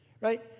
Right